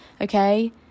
okay